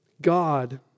God